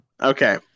okay